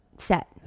Set